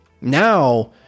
Now